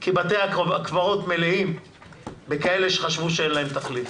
כי בתי הקברות מלאים בכאלה שחשבו שאין להם תחליף.